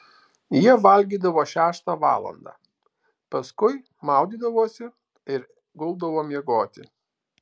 jie valgydavo šeštą valandą paskui maudydavosi ir guldavo miegoti